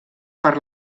per